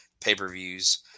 pay-per-views